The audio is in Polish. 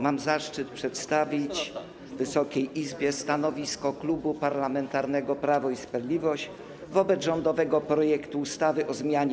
Mam zaszczyt przedstawić Wysokiej Izbie stanowisko Klubu Parlamentarnego Prawo i Sprawiedliwość wobec rządowego projektu ustawy o zmianie